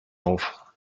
auf